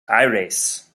aires